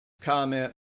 comment